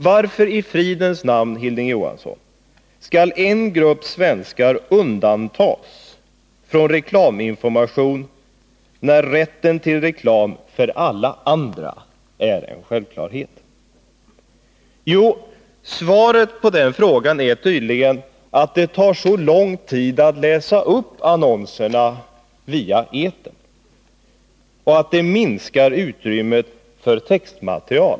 Varför i fridens namn tycker Hilding Johansson att en grupp svenskar skall undantas från reklaminformation när rätten till reklam för alla andra är en självklarhet? Svaret på den frågan är tydligen att det tar så lång tid att läsa upp annonserna via etern och att det minskar utrymmet för textmaterial.